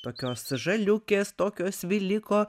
tokios žaliukės tokio sviliko